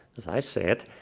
as i see it.